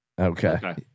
Okay